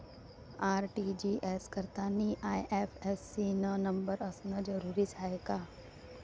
RTGS करतांनी IFSC न number असनं जरुरीच हाय का?